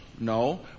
no